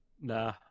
Nah